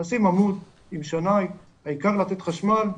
לשים עמוד עם שנאי, העיקר לתת חשמל ושיהיה,